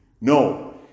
No